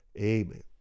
amen